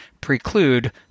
preclude